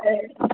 ए